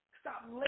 Stop